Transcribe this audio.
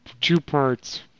two-parts